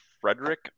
Frederick